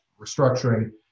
restructuring